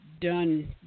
Done